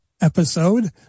episode